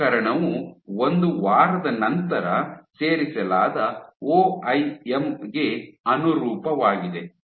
ಈ ಪ್ರಕರಣವು ಒಂದು ವಾರದ ನಂತರ ಸೇರಿಸಲಾದ ಒಐಎಂ ಗೆ ಅನುರೂಪವಾಗಿದೆ